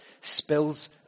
spills